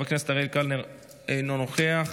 חבר הכנסת אריאל קלנר, אינו נוכח,